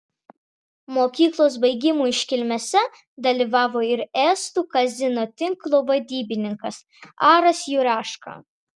mokyklos baigimo iškilmėse dalyvavo ir estų kazino tinklo vadybininkas aras juraška